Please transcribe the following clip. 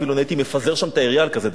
אפילו אני הייתי מפזר שם את העירייה על כזה דבר,